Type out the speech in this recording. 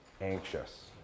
anxious